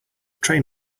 train